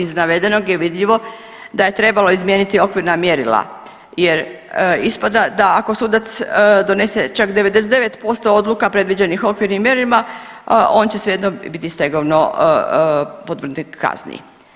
Iz navedenog je vidljivo da je trebalo izmijeniti okvirna mjerila jer ispada da ako sudac donese čak 99% odluka predviđenih okvirnim mjerilima on će svejedno biti stegovno podvrgnut kazni.